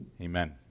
Amen